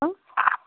hello